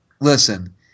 listen